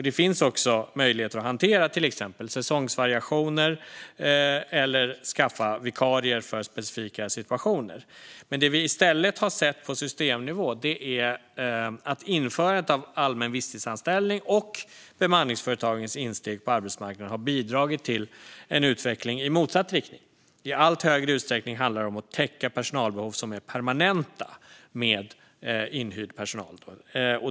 Det finns också möjligheter att hantera till exempel säsongsvariationer eller att skaffa vikarier för specifika situationer. Det vi i stället har sett på systemnivå är att införandet av allmän visstidsanställning och bemanningsföretagens insteg på arbetsmarknaden har bidragit till en utveckling i motsatt riktning. I allt högre utsträckning handlar det om att täcka permanenta personalbehov med inhyrd personal.